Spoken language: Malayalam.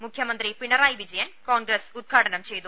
മുഖ്യമന്ത്രി പിണറായി വിജയൻ കോൺഗ്രസ് ഉദ്ഘാടനം ചെയ്തു